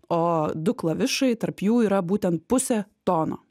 o du klavišai tarp jų yra būtent pusė tono